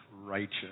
righteous